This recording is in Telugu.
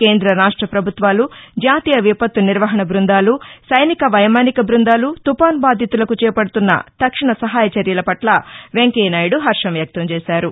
కేంద్ర రాష్ట ప్రభుత్వాలు జాతీయ విపత్తు నిర్వహణ బృందాలు సైనిక వైమానిక బృందాలు తుఫాన్ బాధితులకు చేపడుతున్న తక్షణ సహాయ చర్యల పట్ల వెంకయ్య నాయుడు హర్వం వ్యక్తం చేశారు